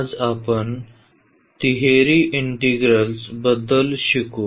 आज आपण तिहेरी इंटिग्रल बद्दल शिकू